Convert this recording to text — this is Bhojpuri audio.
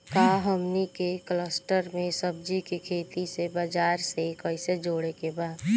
का हमनी के कलस्टर में सब्जी के खेती से बाजार से कैसे जोड़ें के बा?